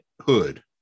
hood